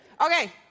Okay